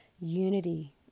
unity